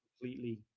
completely